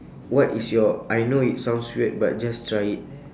what is your I know it sounds weird but just try it